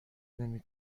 نمی